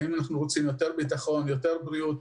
האם אנחנו רוצים יותר ביטחון או יותר בריאות.